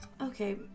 Okay